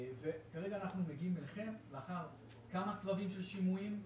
כרגע אנחנו מגיעים אליכם לאחר כמה סבבים של שינויים.